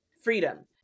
freedom